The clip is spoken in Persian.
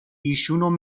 ایشون